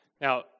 Now